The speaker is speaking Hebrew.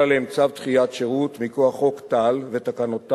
עליהם צו דחיית שירות מכוח חוק טל ותקנותיו